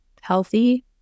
healthy